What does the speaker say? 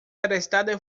arrestado